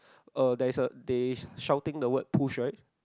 uh there's a they shouting the word push right